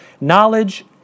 knowledge